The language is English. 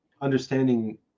understanding